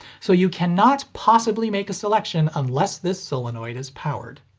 so you cannot possibly make a selection unless this solenoid is powered.